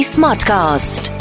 Smartcast